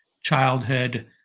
childhood